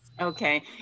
Okay